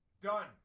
Done